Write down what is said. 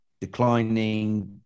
declining